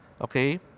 okay